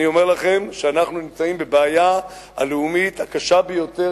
אני אומר לכם שאנחנו נמצאים בבעיה הלאומית הקשה ביותר